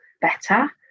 better